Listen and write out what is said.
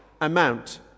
amount